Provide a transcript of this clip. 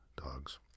dogs